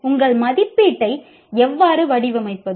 உங்கள் மதிப்பீட்டை எவ்வாறு வடிவமைப்பது